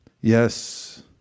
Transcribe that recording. Yes